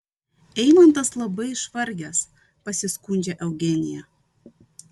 eimantas labai išvargęs pasiskundžia eugenija